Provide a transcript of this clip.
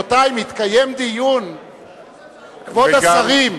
כבוד השרים,